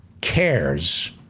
cares